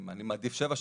אני מעדיף שבע שנים.